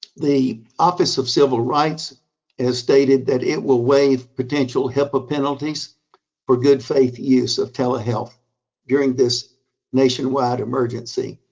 the office of civil rights has stated that it will waive potential hipaa penalties for good-faith use of telehealth during this nationwide emergency.